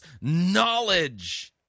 knowledge